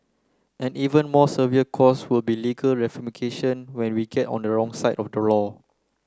an even more severe cost would be legal ramification when we get on the wrong side of the law